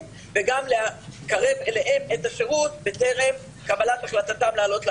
וגם לקרב אליהם את השירות בטרם קבלת החלטתם לעלות לארץ.